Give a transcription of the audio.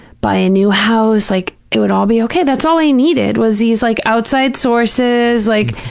buy a new house, like it would all be okay. that's all i needed, was these like outside sources. like,